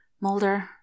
Mulder